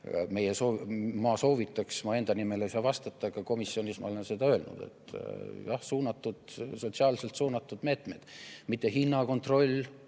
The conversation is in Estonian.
ma soovitaks. Ma enda nimel ei saa vastata, aga komisjonis ma olen seda öelnud, et jah, sotsiaalselt suunatud meetmed. Mitte hinnakontroll,